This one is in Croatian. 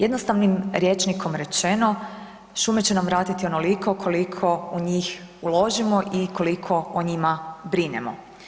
Jednostavnim rječnikom rečeno šume će nam vratiti onoliko koliko u njih uložimo i koliko o njima brinemo.